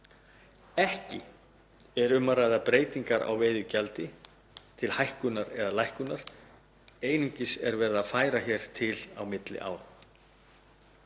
Ekki er um að ræða breytingar á veiðigjaldi til hækkunar eða lækkunar. Einungis er verið að færa til á milli ára.